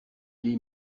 les